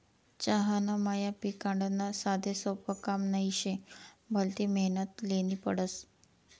चहाना मया पिकाडनं साधंसोपं काम नही शे, भलती मेहनत ल्हेनी पडस